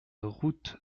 route